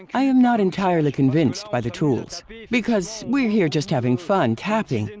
i am not entirely convinced by the tools because we're here just having fun tapping, and